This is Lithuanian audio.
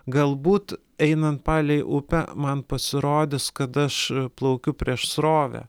galbūt einant palei upę man pasirodys kad aš plaukiu prieš srovę